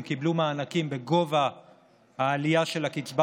הם קיבלו מענקים בגובה העלייה של הקצבה